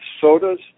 sodas